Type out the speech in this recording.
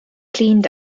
cleaned